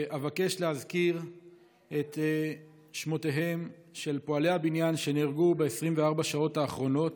אבקש להזכיר את שמותיהם של פועלי הבניין שנהרגו ב-24 שעות האחרונות: